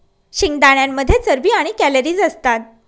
शेंगदाण्यांमध्ये चरबी आणि कॅलरीज असतात